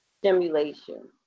stimulation